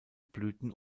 blüten